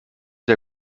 der